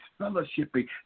fellowshipping